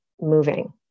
moving